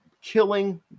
Killing